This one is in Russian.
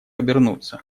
обернуться